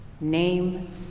name